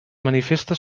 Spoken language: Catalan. manifesta